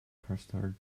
custard